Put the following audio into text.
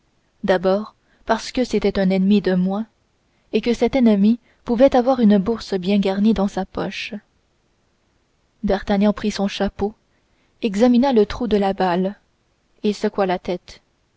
d'abord parce que c'était un ennemi de moins et que cet ennemi pouvait avoir une bourse bien garnie dans sa poche d'artagnan prit son chapeau examina le trou de la balle et secoua la tête